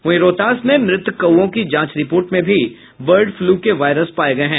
वहीं रोहतास में मृत कौओ की जांच रिपोर्ट में भी बर्ड फ्लू के वायरस पाये गये हैं